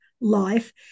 life